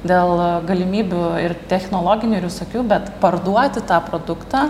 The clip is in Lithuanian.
dėl galimybių ir technologinių ir visokių bet parduoti tą produktą